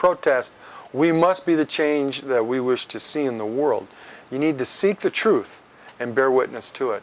protest we must be the change that we wish to see in the world you need to seek the truth and bear witness to it